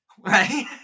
right